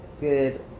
good